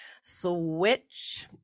switch